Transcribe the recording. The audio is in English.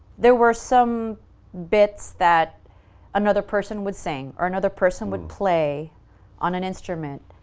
there were some bits that another person would sing, or another person would play on an instrument,